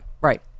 Right